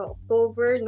October